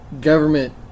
government